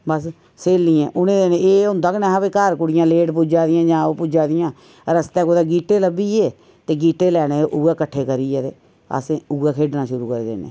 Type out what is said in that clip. बस स्हेलियें उनें दिनें एह् होंदा गै नेईं हा कि घर कुड़ियां लेट पुज्जां दियां जां ओह् पुज्जां दियां रस्तैं कुतै गीह्टे लब्भी गे ते गीह्टे लैने ते उऐ किट्ठे करियै ते असें उऐ खेढना शुरू करी देने